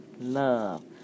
love